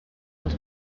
als